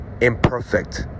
imperfect